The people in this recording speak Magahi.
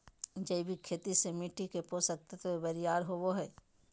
जैविक खेती से मिट्टी के पोषक तत्व बरियार होवो हय